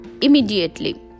immediately